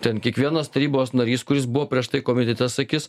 ten kiekvienas tarybos narys kuris buvo prieš tai komitete sakys